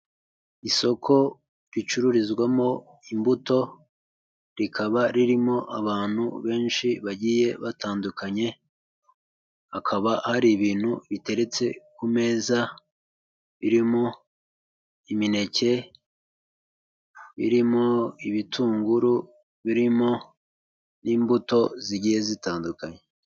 Isoko ricururizwamo imbuto rikaba ririmo abantu benshi bagiye batandukanye, hakaba hari ibintu biteretse ku meza birimo imineke, birimo ibitunguru, birimo n'imbuto zigiye zitandukanye.